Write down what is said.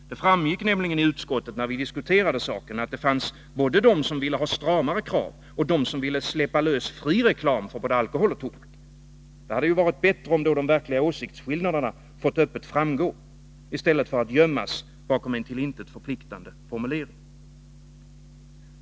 Det framgick nämligen i utskottet, när vi diskuterade saken, att det fanns både de som ville ha stramare krav och de som ville släppa lös fri reklam för såväl alkohol som tobak. Det hade varit bättre om de verkliga åsiktsskillnaderna fått öppet framgå i stället för att gömmas bakom en till intet förpliktande formulering.